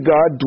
God